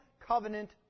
covenant